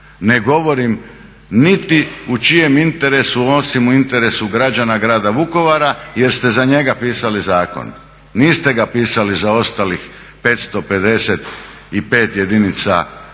Ne govorim niti u čijem interesu osim u interesu građana Grada Vukovara jer ste za njega pisali zakon. Niste ga pisali za ostalih 555 jedinica lokalne